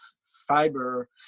fiber